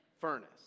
furnace